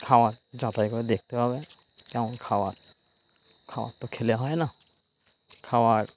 খাবার যাচাই করে দেখতে হবে কেমন খাবার খাবার তো খেলে হয় না খাবার